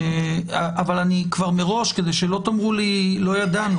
אבל כבר מראש, כדי שלא תאמרו לא ידענו,